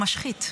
הוא משחית.